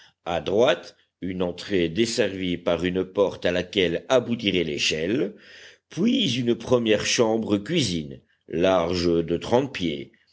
à droite une entrée desservie par une porte à laquelle aboutirait l'échelle puis une première chambre cuisine large de trente pieds